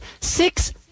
six